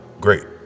great